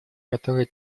которой